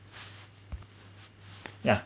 yeah